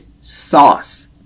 sauce